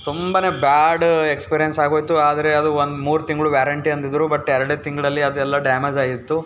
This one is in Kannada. ತುಂಬಾ ಬ್ಯಾಡ ಎಕ್ಸ್ಪೀರಿಯನ್ಸ್ ಆಗೋಯಿತು ಆದರೆ ಅದು ಒಂದು ಮೂರು ತಿಂಗಳು ವ್ಯಾರಂಟಿ ಅಂದಿದ್ದರು ಬಟ್ ಎರಡೇ ತಿಂಗಳಲ್ಲಿ ಅದು ಎಲ್ಲ ಡ್ಯಾಮೇಜಾಗಿತ್ತು